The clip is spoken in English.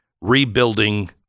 Rebuilding